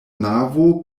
navo